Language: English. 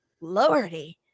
Lordy